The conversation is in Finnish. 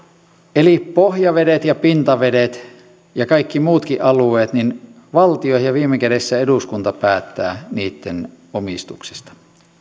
eli pohjavedet ja pintavedet ja kaikki muutkin alueet valtio ja viime kädessä eduskunta päättää niitten omistuksesta